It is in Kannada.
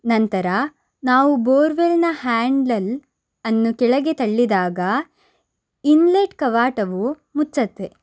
ನಂತರ ನಾವು ಬೋರ್ವೆಲ್ನ ಹ್ಯಾಂಡಲನ್ನು ಕೆಳಗೆ ತಳ್ಳಿದಾಗ ಇನ್ಲೆಟ್ ಕವಾಟವು ಮುಚ್ಚತ್ತೆ